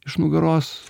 iš nugaros